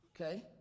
Okay